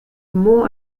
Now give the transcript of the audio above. more